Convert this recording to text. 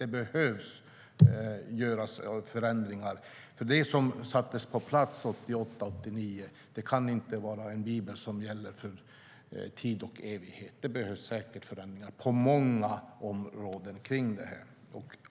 Det behöver göras förändringar, för den lagstiftning som sattes på plats 1988/89 kan inte vara en bibel som gäller för tid och evighet. Det behövs säkert förändringar på många områden kring det här.